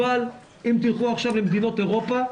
אבל אם תלכו עכשיו למדינות אירופה,